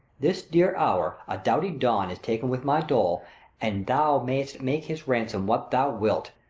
this dear hour, a doughty don is taken with my dol and thou mayst make his ransom what thou wilt,